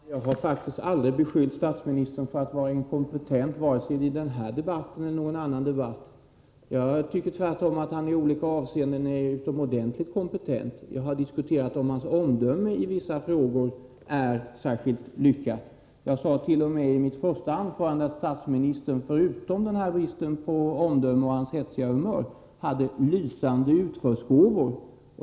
Fru talman! Jag har faktiskt aldrig — vare sig i den här debatten eller i någon annan debatt — beskyllt statsministern för att vara inkompetent. Jag tycker tvärtom att han i olika avseenden är utomordentligt kompetent. Jag har diskuterat om hans omdöme i vissa frågor är särskilt lyckat. Jag sade i mitt första anförande i dag t.o.m. att statsministern förutom den här bristen på omdöme och hans hetsiga humör hade lysande utförsgåvor.